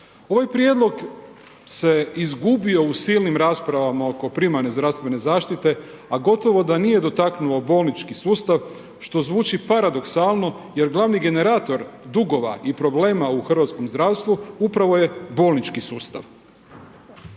Ovaj prijedlog se izgubio u silnim raspravama oko primarne zdravstvene zaštite, a gotovo da nije dotaknuo bolnički sustav, što zvuči paradoksalno jer glavni generator dugova i problema u hrvatskom zdravstvu upravo je bolnički sustav.